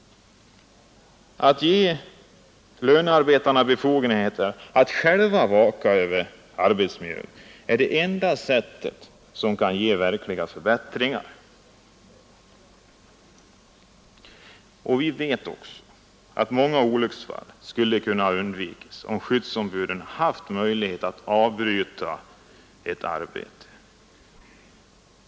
Att ge lönearbetarna befogenheter att själva vaka över arbetsmiljön är det enda sätt som kan ge verkliga förbättringar. Vi vet också att många olycksfall skulle ha kunnat undvikas om skyddsombuden haft möjlighet att avbryta ett arbete.